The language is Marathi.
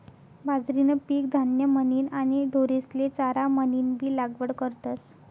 बाजरीनं पीक धान्य म्हनीन आणि ढोरेस्ले चारा म्हनीनबी लागवड करतस